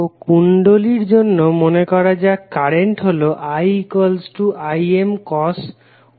তো কুণ্ডলীর জন্য মনেকরা যাক কারেন্ট হলো iImcos ωt∅